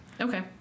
Okay